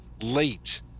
late